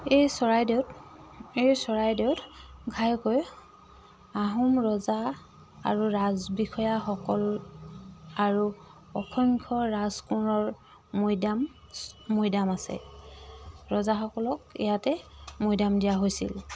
এই চৰাইদেউত এই চৰাইদেউত ঘাইকৈ আহোম ৰগজা আৰু ৰাজ বিষয়াসকল আৰু অংখ্য ৰাজকোণৰ মৈদাম মৈদাম আছে ৰজাসকলক ইয়াতে মৈদাম দিয়া হৈছিল